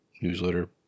newsletter